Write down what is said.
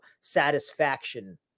satisfaction